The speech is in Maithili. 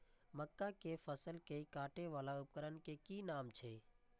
मक्का के फसल कै काटय वाला उपकरण के कि नाम छै?